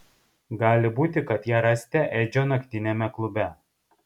gali būti kad ją rasite edžio naktiniame klube